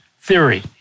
theory